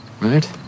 right